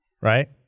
right